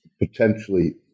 potentially